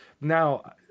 Now